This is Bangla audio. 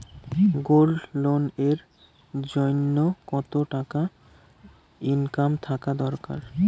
গোল্ড লোন এর জইন্যে কতো টাকা ইনকাম থাকা দরকার?